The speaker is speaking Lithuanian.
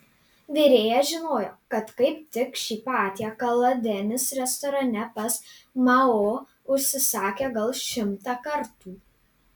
virėjas žinojo kad kaip tik šį patiekalą denis restorane pas mao užsisakė gal šimtą kartų